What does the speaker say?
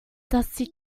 dusty